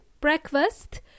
breakfast